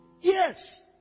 Yes